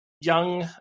young